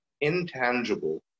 intangible